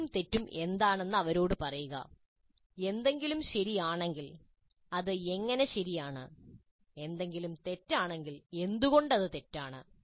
ശരിയും തെറ്റും എന്താണെന്ന് അവരോട് പറയുക എന്തെങ്കിലും ശരിയാണെങ്കിൽ അത് എങ്ങനെ ശരിയാണ് എന്തെങ്കിലും തെറ്റാണെങ്കിൽ എന്തുകൊണ്ട് അത് തെറ്റാണ്